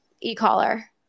e-collar